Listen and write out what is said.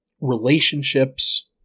relationships